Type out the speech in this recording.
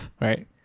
right